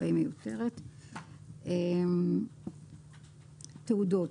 "תעודות"